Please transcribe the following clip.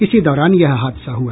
इसी दौरान यह हादसा हुआ